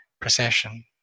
procession